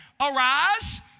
Arise